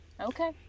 Okay